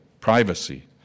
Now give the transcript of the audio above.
privacy